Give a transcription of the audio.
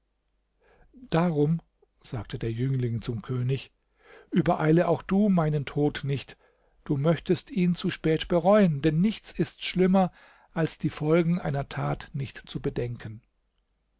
darum sagte der jüngling zum könig übereile auch du meinen tod nicht du möchtest ihn zu spät bereuen denn nichts ist schlimmer als die folgen einer tat nicht zu bedenken